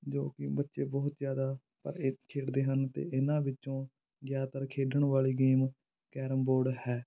ਜੋ ਕਿ ਬੱਚੇ ਬਹੁਤ ਜ਼ਿਆਦਾ ਪਰ ਇਹ ਖੇਡਦੇ ਹਨ ਅਤੇ ਇਹਨਾਂ ਵਿੱਚੋਂ ਜ਼ਿਆਦਾਤਰ ਖੇਡਣ ਵਾਲੀ ਗੇਮ ਕੈਰਮ ਬੋਰਡ ਹੈ